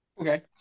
Okay